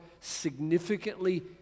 significantly